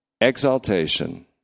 exaltation